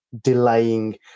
delaying